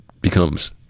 becomes